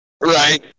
Right